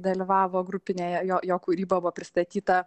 dalyvavo grupinėje jo jo kūryba buvo pristatyta